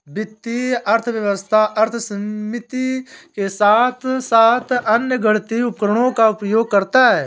वित्तीय अर्थशास्त्र अर्थमिति के साथ साथ अन्य गणितीय उपकरणों का उपयोग करता है